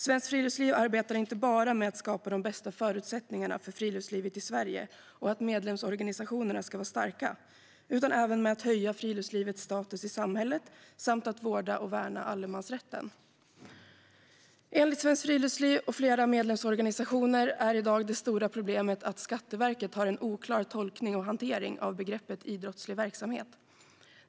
Svenskt Friluftsliv arbetar inte bara med att skapa de bästa förutsättningarna för friluftslivet i Sverige och för att medlemsorganisationerna ska vara starka, utan även med att höja friluftslivets status i samhället samt att vårda och värna allemansrätten. Enligt Svenskt Friluftsliv och flera medlemsorganisationer är det stora problemet i dag att Skatteverket har en oklar tolkning och hantering av begreppet idrottslig verksamhet.